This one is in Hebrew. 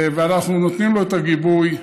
ואנחנו נותנים לו את הגיבוי,